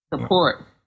Support